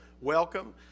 welcome